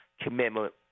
commitment